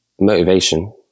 motivation